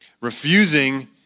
Refusing